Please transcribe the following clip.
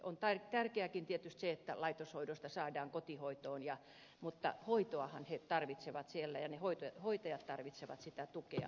on tärkeää tietysti se että laitoshoidosta saadaan kotihoitoon mutta hoitoahan he tarvitsevat siellä ja ne hoitajat tarvitsevat sitä yhteiskunnallista tukea